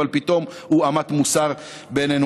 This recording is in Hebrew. ופתאום הוא אמת מוסר בעינינו.